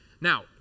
Now